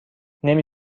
نمی